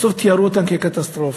בסוף תיארו אותן כקטסטרופה.